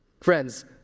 Friends